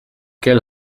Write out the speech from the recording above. quel